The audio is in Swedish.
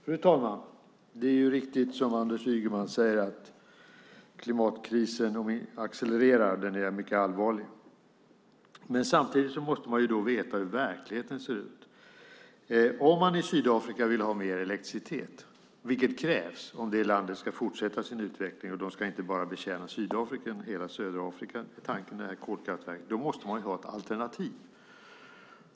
Fru talman! Det är riktigt, som Anders Ygeman säger, att klimatkrisen accelererar och är mycket allvarlig. Men samtidigt måste man då veta hur verkligheten ser ut. Om man i Sydafrika vill ha mer elektricitet, vilket krävs om landet ska fortsätta sin utveckling - och man ska inte bara betjäna Sydafrika utan hela södra Afrika där tanken är ett kolkraftverk - då måste man ha ett alternativ.